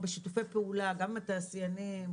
בשיתופי פעולה גם עם התעשיינים,